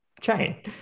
chain